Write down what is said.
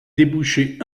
débouché